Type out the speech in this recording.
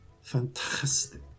Fantastic